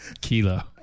Kilo